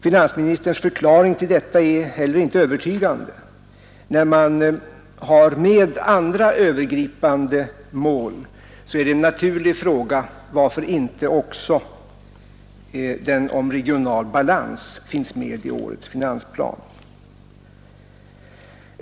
Finansministerns förklaring till detta är heller inte övertygande. När man har med andra övergripande mål är det en naturlig fråga varför inte också den om regional balans finns med i årets finansplan.